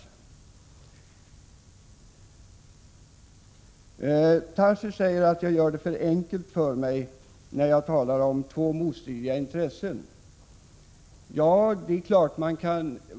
Daniel Tarschys säger att jag gör det för enkelt för mig när jag talar om två — Prot. 1986/87:50 motstridiga intressen.